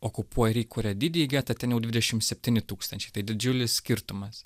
okupuoja ir įkuria didįjį getą ten jau dvidešim septyni tūkstančiai tai didžiulis skirtumas